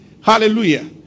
Hallelujah